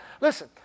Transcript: Listen